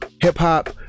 hip-hop